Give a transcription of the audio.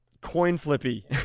coin-flippy